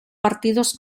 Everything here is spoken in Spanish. partidos